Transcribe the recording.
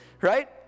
Right